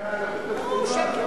להגנה על איכות הסביבה.